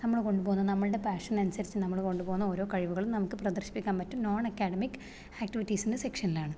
നമ്മൾ കൊണ്ടുപോകുന്ന നമ്മളുടെ പാഷനനുസരിച്ചു നമ്മൾ കൊണ്ടുപോകുന്ന ഓരോ കഴിവുകളും നമുക്ക് പ്രദർശിപ്പിക്കാൻ പറ്റും നോൺ അക്കാഡമിക് ആക്ടിവിറ്റീസിൻ്റെ സെക്ഷനിലാണ്